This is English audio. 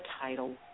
title